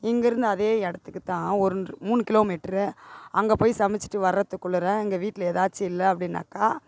இங்கேருந்து அதே இடத்துக்கு தான் ஒரு மூணு கிலோ மீட்ரு அங்கே போய் சமைச்சிட்டு வரத்துக்குள்ளாற இங்கே வீட்டில் எதாச்சும் இல்லை அப்படின்னாக்கா